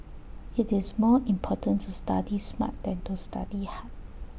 IT is more important to study smart than to study hard